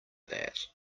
that